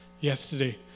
yesterday